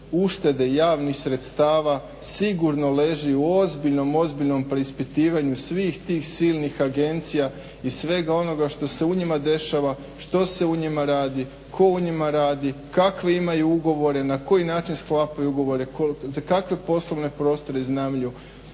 uštede javnih sredstava sigurno leži u ozbiljnom, ozbiljnom preispitivanju svih tih silnih agencija i svega onoga što se u njima dešava, što se u njima radi, tko u njima radi, kakve imaju ugovore, na koji način sklapaju ugovore, za kakve poslovne prostore iznajmljuju.